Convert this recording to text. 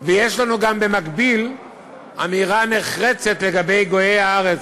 ויש לנו גם במקביל אמירה נחרצת לגבי גויי הארץ,